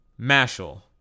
Mashal